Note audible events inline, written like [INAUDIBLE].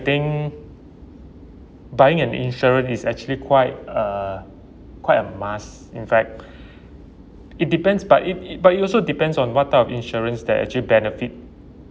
think buying an insurance is actually quite uh quite a must in fact [BREATH] it depends but it it but it also depends on what type of insurance that actually benefit